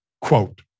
Quote